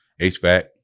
HVAC